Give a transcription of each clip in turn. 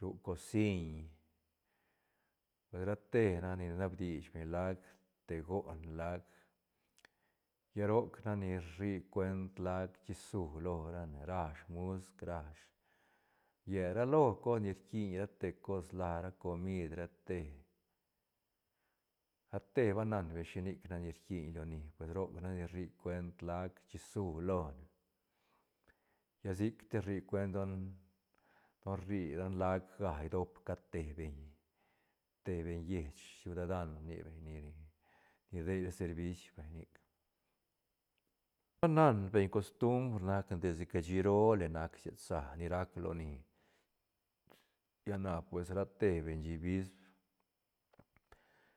Ru cosiñ pues rate nac ni rnab dich beñ lac te goon lac lla roc nac ni rri cuent lac chisu lorane rash musc rash ried ra lo cos ni rquin rate cos lara comid rate- rate ba nan beñ shinic rquin loni pues roc nac ni rri cuent lac chisu lone lla sic ti rri cuent don- don rri lacga idop cat te beñ te beñ lleich ciudadan rni beñ ni rdeira servis vay nic, ba nan beñ costubr nac ne desde cashi roo line nac sied sa ni rac loni lla na pues rate beñ shí vispr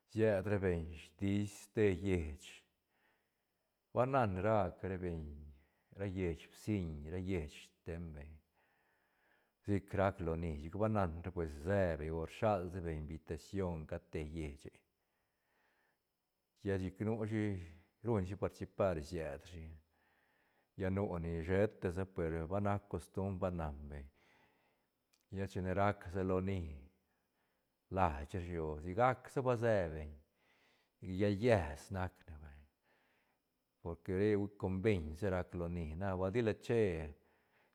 sied ra beñ stiis ste lleich banan raca ra beñ ra lleich bsin lleich steiñ beñ sic rac loni chic va nan ra pues se beñ o rshal sa beñ invitación cad te lleiche lla chic nushi ruñ shi participar sied rashi lla nu ni sheta sa per ba nac costumbr ba nan beñ, lla chine rac sa loni lach rashi o sic gac sa ba se beñ llal lles nac ne vay porque re hui com beñ sa rac loni na bal tila che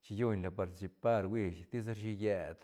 chillunla participar huish tisa rashi lleit.